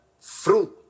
fruit